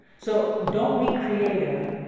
so don't be creative.